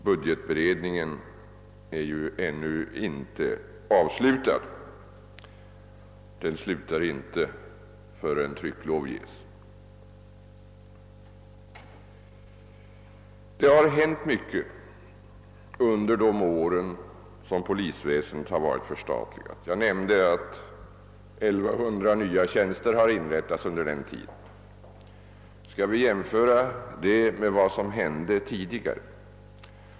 Budgetberedningen är ju ännu inte avslutad; den är inte slut förrän trycklov ges. Det har hänt mycket under de år som polisväsendet har varit förstatligat. Jag nämnde att 1 100 nya tjänster har inrättats under den tiden. Vi kan jämföra det med vad som hände tidigare.